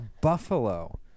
buffalo